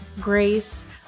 grace